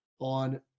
on